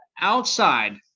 outside